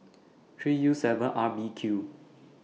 three U seven R B Q